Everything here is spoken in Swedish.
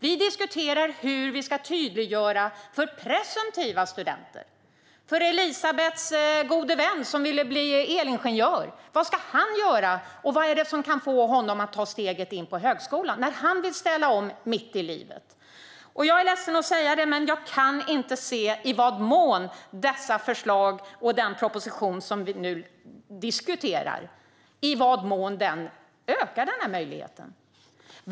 Vi diskuterar hur vi ska tydliggöra för presumtiva studenter, som Elisabets gode vän som ville bli elingenjör. Vad ska han göra? Och vad är det som kan få honom att ta steget in på högskolan när han vill ställa om mitt i livet? Jag är ledsen att säga det, men jag kan inte se i vad mån dessa förslag och den proposition som vi nu diskuterar ökar denna möjlighet.